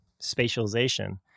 spatialization